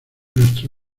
nuestro